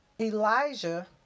Elijah